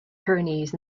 pyrenees